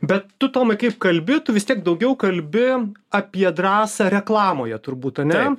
bet tu tomai kaip kalbi tu vis tiek daugiau kalbi apie drąsą reklamoje turbūt ane